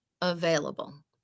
available